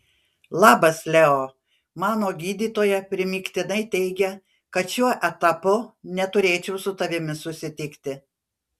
labas leo mano gydytoja primygtinai teigia kad šiuo etapu neturėčiau su tavimi susitikti